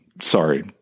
sorry